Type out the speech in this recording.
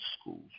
schools